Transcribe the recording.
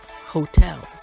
hotels